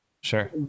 Sure